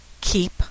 Keep